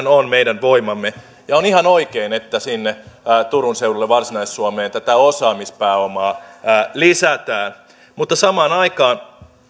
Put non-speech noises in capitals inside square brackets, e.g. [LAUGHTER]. [UNINTELLIGIBLE] on meidän voimamme ja on ihan oikein että turun seudulle varsinais suomeen tätä osaamispääomaa lisätään mutta samaan aikaan